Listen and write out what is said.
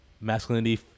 masculinity